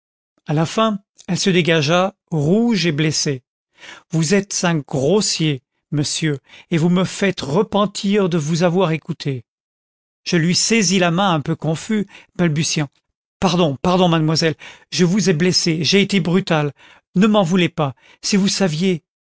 a la fin elle se dégagea rouge et blessée vous êtes un grossier monsieur et vous me faites repentir de vous avoir écouté je lui saisis la main un peu confus balbutiant pardon pardon mademoiselle je vous ai blessée j'ai été brutal ne m'en voulez pas si vous saviez